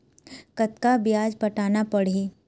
कतका ब्याज पटाना पड़ही?